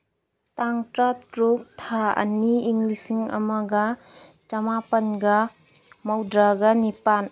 ꯇꯥꯡ ꯇꯔꯥꯇꯔꯨꯛ ꯊꯥ ꯑꯅꯤ ꯏꯪ ꯂꯤꯁꯤꯡ ꯑꯃꯒ ꯆꯃꯥꯄꯜꯒ ꯃꯧꯗ꯭ꯔꯥꯒ ꯅꯤꯄꯥꯜ